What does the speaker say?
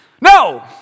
no